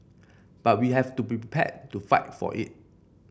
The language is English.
but we have to be prepared to fight for it